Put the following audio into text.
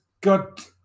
got